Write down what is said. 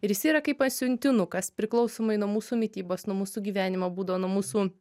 ir jis yra kaip pasiuntinukas priklausomai nuo mūsų mitybos nuo mūsų gyvenimo būdo nuo mūsų